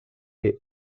est